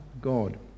God